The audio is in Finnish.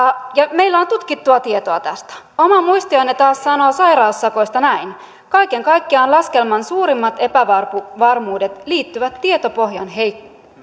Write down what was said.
meillä on tutkittua tietoa tästä oma muistionne taas sanoo sairaussakoista näin kaiken kaikkiaan laskelman suurimmat epävarmuudet liittyvät tietopohjan